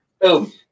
Boom